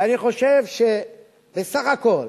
ואני חושב שבסך הכול